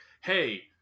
hey